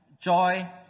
joy